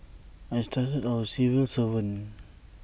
I started out as A civil servant